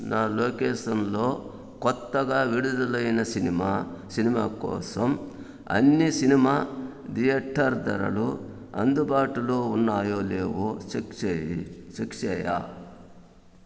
నా లొకేషన్లో కొత్తగా విడుదలైన సినమా సినిమా కోసం అన్ని సినిమా థియేటర్ ధరలు అందుబాటులో ఉన్నాయో లేవో చెక్ చెయ్యి చెక్ చేయి